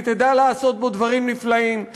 היא תדע לעשות בו דברים נפלאים,